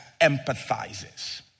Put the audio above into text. empathizes